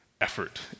effort